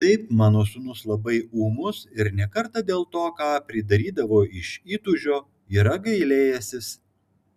taip mano sūnus labai ūmus ir ne kartą dėl to ką pridarydavo iš įtūžio yra gailėjęsis